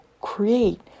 create